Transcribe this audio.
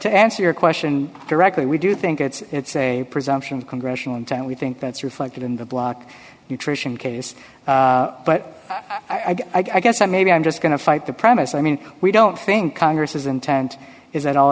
to answer your question directly we do think it's a presumption congressional intent we think that's reflected in the block nutrition case but i guess i maybe i'm just going to fight the premise i mean we don't think congress is intent is that all